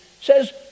says